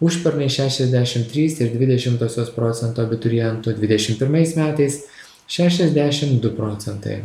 užpernai šešiasdešim trys ir dvi dešimtosios procento abiturientų dvidešim pirmais metais šešiasdešim du procentai